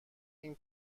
این